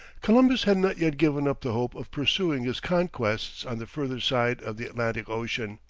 columbus had not yet given up the hope of pursuing his conquests on the further side of the atlantic ocean.